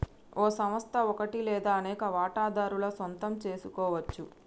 ఓ సంస్థ ఒకటి లేదా అనేక వాటాదారుల సొంతం సెసుకోవచ్చు